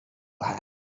had